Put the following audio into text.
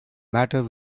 matter